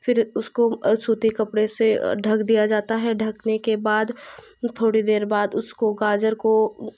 फिर उसको सूती कपड़े से ढक दिया जाता है ढकने के बाद थोड़ी देर बाद उसको गाजर को